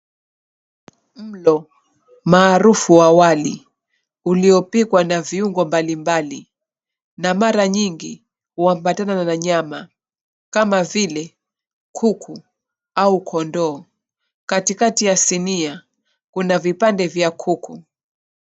Mlo maarufu wa wali uliopikwa na viungo mbalimbali na mara nyingi huambatana na nyama, kama vile kuku au kondoo. Katikati ya sinia kuna vipande vya kuku.